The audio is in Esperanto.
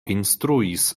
instruis